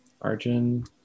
Arjun